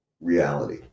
reality